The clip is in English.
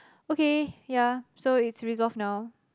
okay ya so it's resolved now